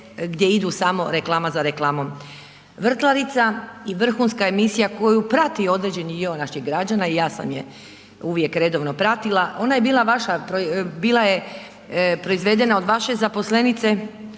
gdje idu samo reklama za reklamom. Vrtlarica i vrhunska emisija koju prati određeni dio naših građana i ja sam je uvijek redovno pratila, ona je bila vaša, bila je proizvedena od vaše zaposlenice